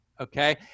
okay